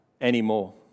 anymore